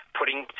putting